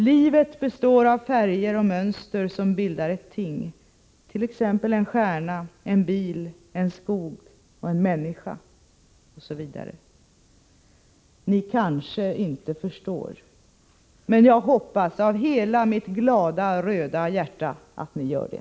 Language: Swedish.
Livet består av färger och mönster som bildar ett ting, t.ex. en stjärna, en bil, en skog och en människa osv. Ni kanske inte förstår, men jag hoppas av hela mitt glada, röda hjärta att ni gör det!